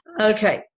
Okay